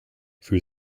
für